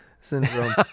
syndrome